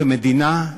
כמדינה,